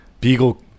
Beagle